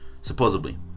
supposedly